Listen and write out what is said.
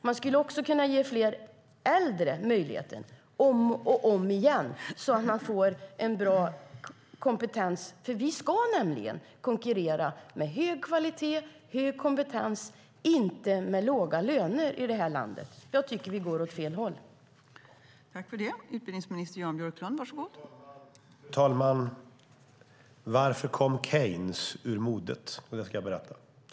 Man skulle också kunna ge fler äldre möjligheten om och om igen så att alla får bra kompetens. Vi ska nämligen konkurrera med hög kvalitet och hög kompetens, inte med låga löner. Jag tycker att vi går åt fel håll.